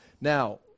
now